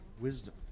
wisdom